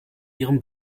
ihrem